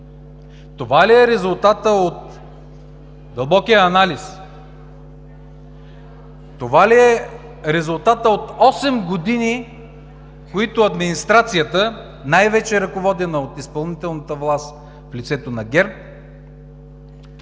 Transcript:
Това ли е резултатът от дълбокия анализ? Това ли е резултатът от 8 години, които администрацията, най-вече ръководена от изпълнителната власт в лицето на ГЕРБ,